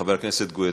חבר הכנסת גואטה,